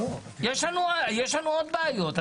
יש לנו עוד בעיות,